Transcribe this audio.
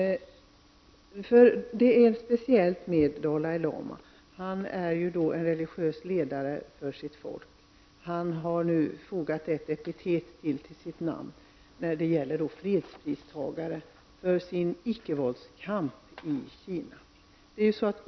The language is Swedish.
Det är litet speciellt med Dalai Lama. Han är en religiös ledare för sitt folk, och han har nu genom sin icke-vålds-kamp i Kina fogat ytterligare ett epitet till sitt namn, nämligen fredspristagare.